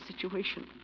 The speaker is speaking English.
situation